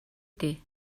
дээ